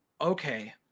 okay